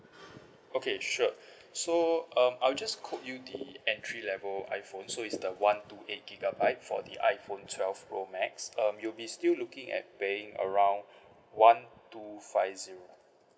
okay sure so um I'll just quote you the entry level iPhone so is the one two eight gigabyte for the iPhone twelve pro max um you'll be still looking at paying around one two five zero